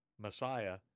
Messiah